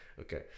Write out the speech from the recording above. okay